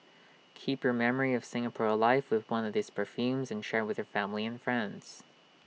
keep your memory of Singapore alive with one of these perfumes and share with the family and friends